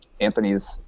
Anthony's